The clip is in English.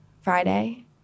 Friday